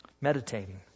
meditating